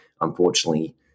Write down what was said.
unfortunately